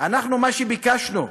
אנחנו, מה שביקשנו,